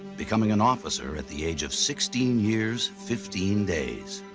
becoming an officer at the age of sixteen years, fifteen days.